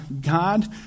God